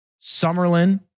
Summerlin